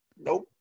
Nope